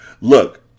Look